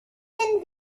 ernten